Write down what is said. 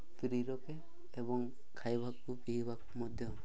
free ରଖେ ଏବଂ ଖାଇବାକୁ ପିଇବାକୁ ମଧ୍ୟ